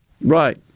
Right